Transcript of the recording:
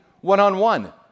one-on-one